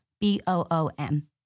B-O-O-M